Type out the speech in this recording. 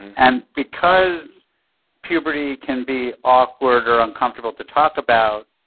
and because puberty can be awkward or uncomfortable to talk about,